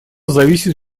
зависит